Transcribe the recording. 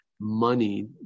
money